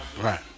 right